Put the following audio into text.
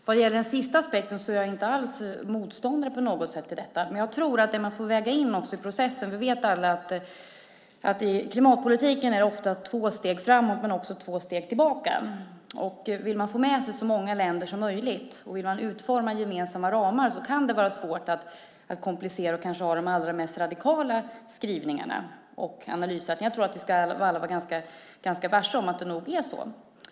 Fru talman! Den sista aspekten är jag inte alls motståndare till. Men jag tror att man får väga in i processen att det i klimatpolitiken oftast är två steg fram och två steg tillbaka. Vill man få med sig så många länder som möjligt och vill man utforma gemensamma ramar kan det vara svårt att ha de allra mest radikala skrivningarna och analyssätten. Jag tror att vi alla ska vara ganska varse om att det är så.